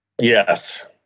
Yes